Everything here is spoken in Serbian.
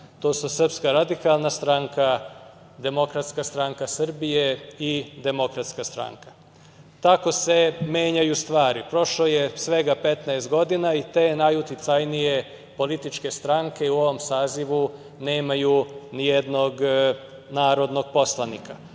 To su Srpska radikalna stranka, Demokratska stranka Srbije i Demokratska stranka. Tako se menjaju stvari. Prošlo je svega 15 godine i te najuticajnije političke stranke u ovom sazivu nemaju nijednog narodnog poslanika,